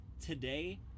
Today